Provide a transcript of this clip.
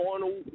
final